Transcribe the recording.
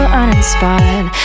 uninspired